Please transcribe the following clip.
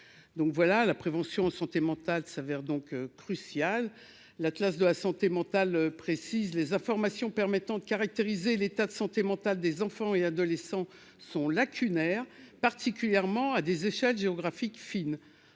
donc voilà la prévention santé mentale s'avère donc cruciale : l'Atlas de la santé mentale, précise les informations permettant de caractériser l'état de santé mentale des enfants et adolescents sont lacunaires particulièrement à des échelles géographiques fine